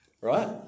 right